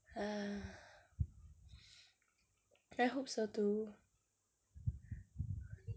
hope so too